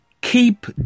Keep